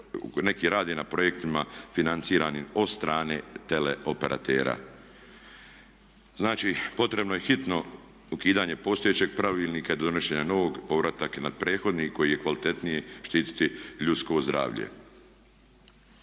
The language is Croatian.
neki rade na projektima financiranim od strane teleoperatera. Znači potrebno je hitno ukidanje postojećeg pravilnika i do donošenja novog povratak na prethodni koji je kvalitetniji štiti ljudski zdravlje.